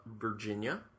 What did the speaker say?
Virginia